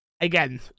again